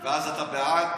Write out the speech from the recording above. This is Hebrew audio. אז אתה בעד